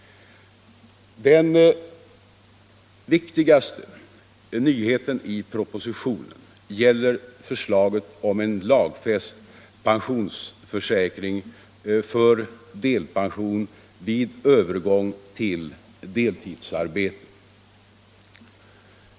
Den viktigaste nyheten i propositionen gäller förslaget om en lagfäst pensionsförsäkring för delpension vid övergång till deltidsarbete.